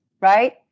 Right